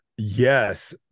Yes